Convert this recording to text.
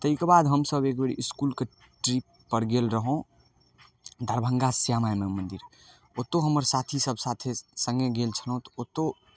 तैके बाद हमसब एकबेर हमसब इसकुलके ट्रिपपर गेल रहौं दरभंगा श्यामा माइ मन्दिर ओतौ हमर साथी सब साथे सङ्गे गेल छलहुँ तऽ ओतौ